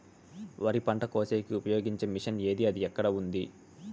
వరి పంట కోసేకి ఉపయోగించే మిషన్ ఏమి అది ఎక్కడ ఉంది?